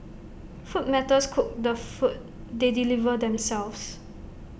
food matters cook the food they deliver themselves